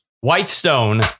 Whitestone